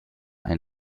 ein